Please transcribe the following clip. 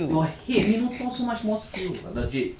your head minotaur so much more skilled legit